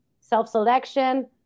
self-selection